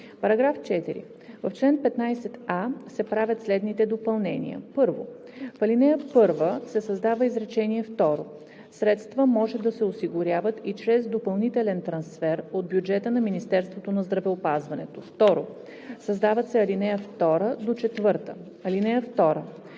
§ 4: „§ 4. В чл. 15а се правят следните допълнения: 1. В ал. 1 се създава изречение второ „Средства може да се осигуряват и чрез допълнителен трансфер от бюджета на Министерството на здравеопазването.“ 2. Създават се ал. 2 – 4: „(2)